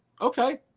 Okay